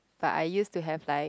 but I used to have like